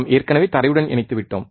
நாம் ஏற்கனவே தரையுடன் இணைத்து விட்டோம்